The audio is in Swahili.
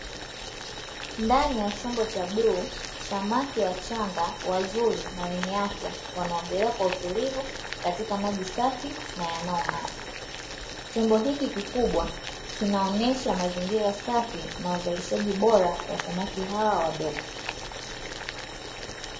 Ndani ya chumba cha blue samaki wachanga wazuri na wenye afya wanaoendelea kwa utulivu katika maji safi na yanayong'aa, chombo hiki kikubwa kinaonyesha mazingira safi na uzalishaji bora kwa samaki hawa wadogo.